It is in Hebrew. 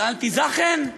את האלטע-זאכן?